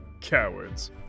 cowards